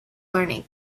learning